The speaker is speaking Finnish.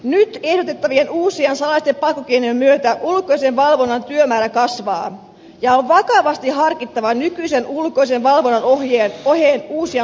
nyt ehdotettavien uusien salaisten pakkokeinojen myötä ulkoisen valvonnan työmäärä kasvaa ja on vakavasti harkittava nykyisen ulkoisen valvonnan oheen uusia muotoja